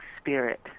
spirit